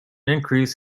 increase